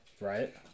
Right